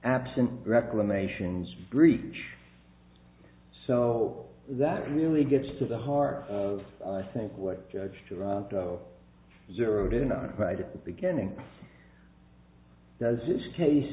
absent reclamation breach so that really gets to the heart of i think what judge toronto zeroed in on right at the beginning does this case